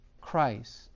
Christ